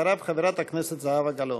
אחריו, חברת הכנסת זהבה גלאון.